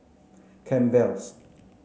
Campbell's